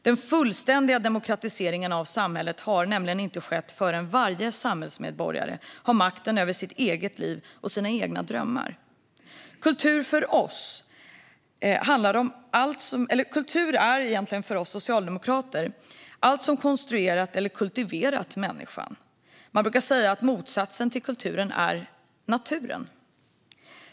Den fullständiga demokratiseringen av samhället har nämligen inte skett förrän varje samhällsmedborgare har makten över sitt eget liv och sina egna drömmar. Kultur för oss socialdemokrater är egentligen allt som konstruerat eller kultiverat människan. Man brukar säga att motsatsen till kulturen är naturen.